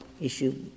issue